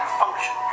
function